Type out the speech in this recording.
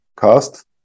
Cast